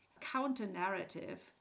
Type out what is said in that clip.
counter-narrative